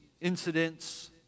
incidents